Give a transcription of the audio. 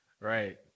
Right